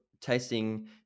tasting